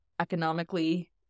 economically